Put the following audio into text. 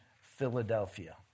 Philadelphia